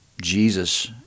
Jesus